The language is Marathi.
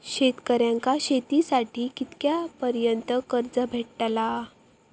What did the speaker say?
शेतकऱ्यांका शेतीसाठी कितक्या पर्यंत कर्ज भेटताला?